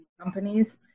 companies